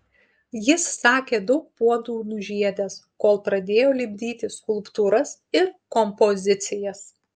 jis sakė daug puodų nužiedęs kol pradėjo lipdyti skulptūras ir kompozicijas